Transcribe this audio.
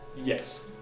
Yes